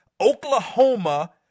Oklahoma –